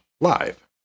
live